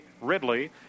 Ridley